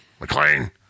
McLean